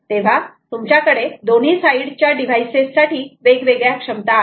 तेव्हा तुमच्याकडे दोन्ही साईड च्या डिव्हाइसेस साठी वेगवेगळ्या क्षमता आहेत